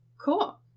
Cool